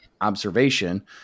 observation